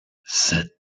sept